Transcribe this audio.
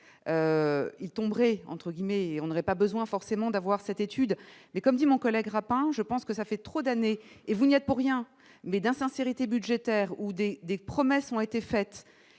il tomberait, entre guillemets, on n'aurait pas besoin forcément d'avoir cette étude mais comme dit mon collègue, je pense que ça fait trop d'années, et vous n'y a pour rien mais d'insincérité budgétaire ou des des promesses ont été faites